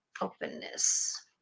openness